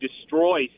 destroy